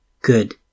good